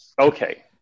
Okay